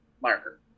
marker